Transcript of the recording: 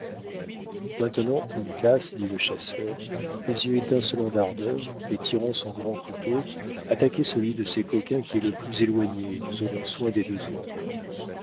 maintenant uncas dit le chasseur les yeux étincelants d'ardeur et tirant son grand couteau attaquez celui de ces coquins qui est le plus éloigné et nous aurons soin des deux autres